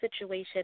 situation